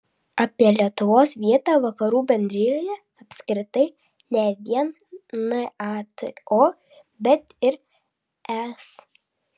apie lietuvos vietą vakarų bendrijoje apskritai ne vien nato bet ir es